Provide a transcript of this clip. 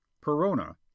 Perona